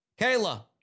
Kayla